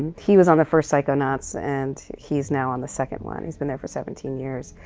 he was on the first psychonauts, and he's now on the second one. he's been there for seventeen years.